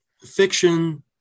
fiction